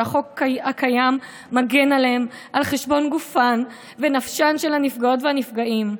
שהחוק הקיים מגן עליהם על חשבון גופן ונפשן של הנפגעות והנפגעים.